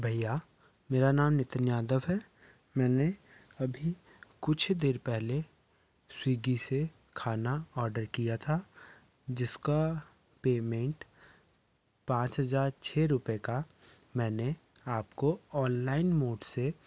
भईया मेरा नाम नितिन यादव है मैंने अभी कुछ ही देर पहले स्वीगी से खाना ऑर्डर किया था जिसका पेमेंट पाँच हजार छः रुपए का मैंने आपको ऑनलाइन मोड से